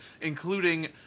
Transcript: including